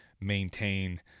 maintain